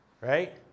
right